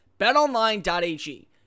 betonline.ag